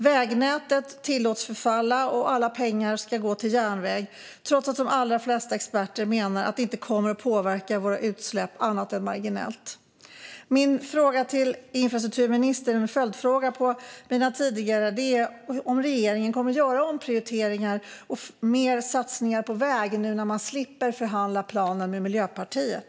Vägnätet tillåts förfalla, och alla pengar ska gå till järnväg trots att de allra flesta experter menar att det inte kommer att påverka våra utsläpp annat än marginellt. Min fråga till infrastrukturministern - en följdfråga till mina tidigare frågor - är om regeringen kommer att göra omprioriteringar och göra mer satsningar på väg när man nu slipper förhandla planen med Miljöpartiet.